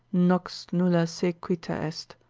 nox nulla sequuta est.